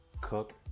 Cook